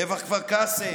טבח כפר קאסם,